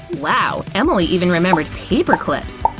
wow! emily even remembered paper clips!